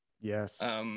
yes